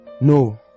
No